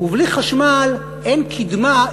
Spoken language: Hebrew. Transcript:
ובלי חשמל אין קידמה,